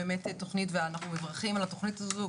אנחנו מברכים על התוכנית הזו.